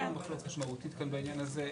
אין לנו מחלוקת מהותית בעניין הזה.